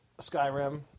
Skyrim